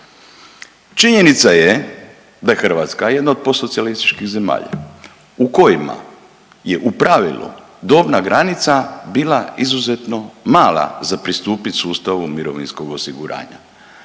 Činjenica je da je Hrvatska jedna od post socijalističkih zemalja u kojima je u pravilu dobna granica bila izuzetno mala za pristupit sustavu mirovinskog osiguranja,